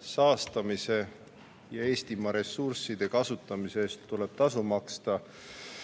saastamise ja Eestimaa ressursside kasutamise eest tuleb tasu maksta,